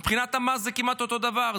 מבחינת המס זה כמעט אותו הדבר.